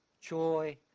joy